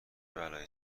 بلایی